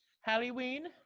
Halloween